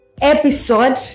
episode